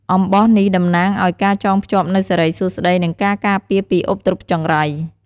អំបោះនេះតំណាងឲ្យការចងភ្ជាប់នូវសិរីសួស្តី និងការការពារពីឧបទ្រពចង្រៃ។